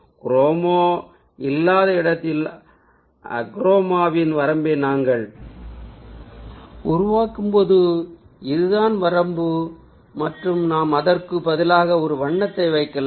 chroma இல்லாத இடத்தில் அக்ரோமாவின் வரம்பை நாங்கள் உருவாக்கியபோது இதுதான்வரம்பு மற்றும் நாம் அதற்கு பதிலாக ஒரு வண்ணத்தை வைக்கலாம்